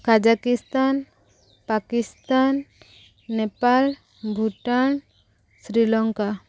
Kazakhstan Pakistan Nepal Bhutan Sri Lanka